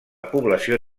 població